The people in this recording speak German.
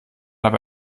aber